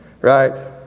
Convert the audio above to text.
right